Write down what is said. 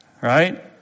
right